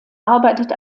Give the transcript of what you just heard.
arbeitet